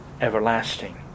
everlasting